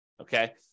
okay